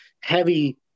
heavy